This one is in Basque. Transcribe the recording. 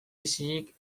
isilik